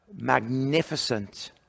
magnificent